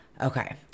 Okay